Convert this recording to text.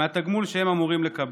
מהתגמול שהם אמורים לקבל.